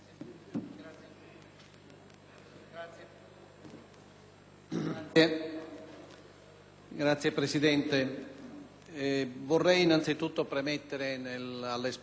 Signor Presidente, vorrei innanzitutto premettere, nell'espressione del parere sulle mozioni,